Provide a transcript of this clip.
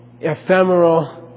ephemeral